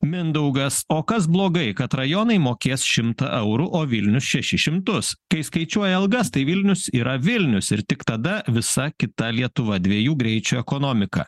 mindaugas o kas blogai kad rajonai mokės šimtą eurų o vilnius šešis šimtus kai skaičiuoja algas tai vilnius yra vilnius ir tik tada visa kita lietuva dviejų greičių ekonomika